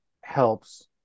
helps